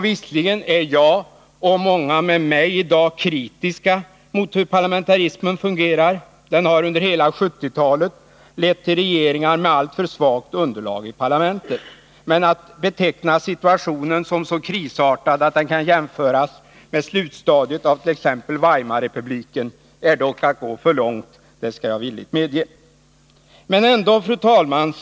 Visserligen är jag och många med mig i dag kritiska mot det sätt på vilket parlamentarismen fungerar — den har under hela 1970-talet lett till att vi fått regeringar med alltför svagt underlag i parlamentet — men att beteckna situationen som så krisartad att den kan jämföras med slutstadiet av t.ex. Weimarrepubliken är dock att gå för långt, det skall jag villigt medge. Fru talman!